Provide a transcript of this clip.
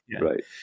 right